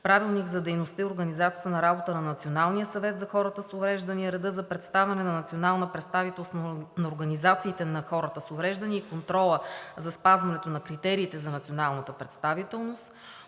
Правилника за дейността и организацията на работа на Националния съвет за хората с увреждания и реда за представяне на национална представителност на организациите на хората с увреждания и контрола за спазването на критериите за националната представителност;